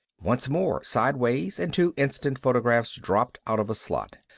once more sideways and two instant photographs dropped out of a slot.